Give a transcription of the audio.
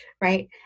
right